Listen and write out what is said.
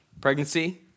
Pregnancy